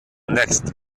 next